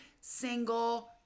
single